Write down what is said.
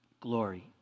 Glory